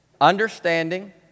understanding